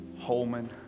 Holman